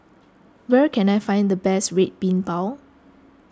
where can I find the best Red Bean Bao